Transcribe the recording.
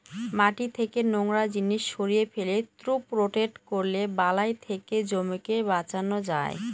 মাটি থেকে নোংরা জিনিস সরিয়ে ফেলে, ক্রপ রোটেট করলে বালাই থেকে জমিকে বাঁচানো যায়